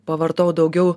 pavartau daugiau